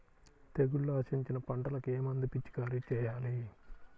తెగుళ్లు ఆశించిన పంటలకు ఏ మందు పిచికారీ చేయాలి?